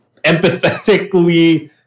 empathetically